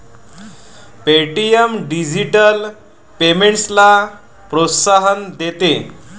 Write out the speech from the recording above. Paytm digital पेमेंट्सला प्रोत्साहन देते